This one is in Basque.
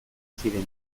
ziren